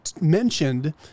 mentioned